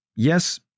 Yes